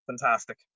Fantastic